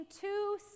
two